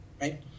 right